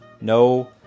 no